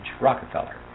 Rockefeller